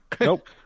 Nope